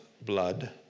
blood